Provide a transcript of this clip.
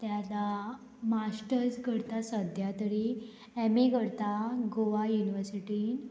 तें आतां मास्टर्स करता सद्या तरी एम ए करता गोवा युनिवर्सिटीन